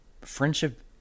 friendship